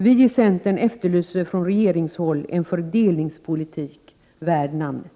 Vi i centern efterlyser från regeringshåll en fördelningspolitik värd namnet.